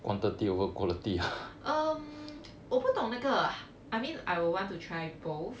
um 我不懂 leh 那个 I mean I will want to try both